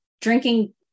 drinking